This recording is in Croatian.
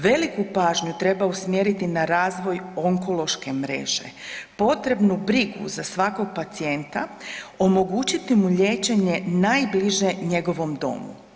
Veliku pažnju treba usmjeriti na razvoj onkološke mreže, potrebnu brigu za svakog pacijenta, omogućiti mu liječenje najbliže njegovom domu.